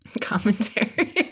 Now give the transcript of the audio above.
commentary